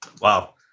wow